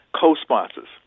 co-sponsors